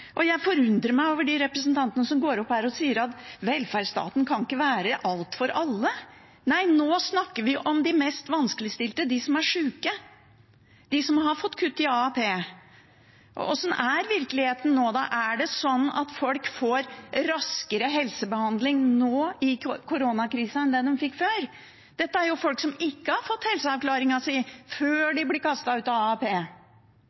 Jeg forundrer meg over de representantene som går opp her og sier at velferdsstaten ikke kan være alt for alle. Nei, nå snakker vi om de mest vanskeligstilte, de som er syke, de som har fått kutt i AAP. Hvordan er virkeligheten nå da – får folk raskere helsebehandling nå i koronakrisa enn det de fikk før? Dette er jo folk som ikke har fått helseavklaring før de blir kastet ut av AAP.